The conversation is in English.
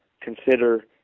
consider